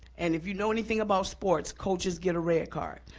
and if you know anything about sports, coaches get a red card,